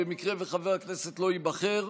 אם חבר הכנסת לא ייבחר,